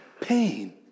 pain